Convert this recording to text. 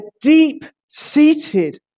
deep-seated